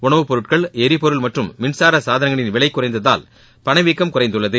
உணவு பொருட்கள் எரிபொருள் மற்றும் மின்சார சாதனங்களின் விலை குறைந்ததால் பணவீக்கம் குறைந்துள்ளது